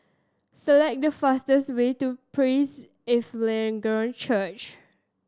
select the fastest way to Praise Evangelical Church